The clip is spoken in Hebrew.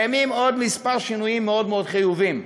יש עוד כמה שינויים מאוד מאוד חיוביים.